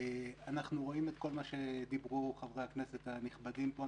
אנחנו רואים כל מה שדיברו עליו חברי הכנסת הנכבדים פה,